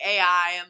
ai